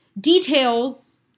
details